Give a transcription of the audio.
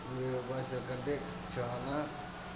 వేరే భాష కంటే చానా